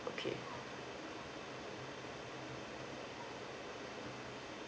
okay